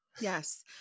Yes